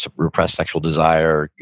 um repressed sexual desire,